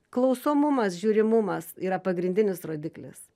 klausomumas žiūrimumas yra pagrindinis rodiklis